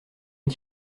mes